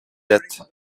êtes